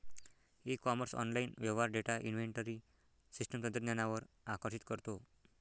E commerce online व्यवहार data inventory system तंत्रज्ञानावर आकर्षित करतो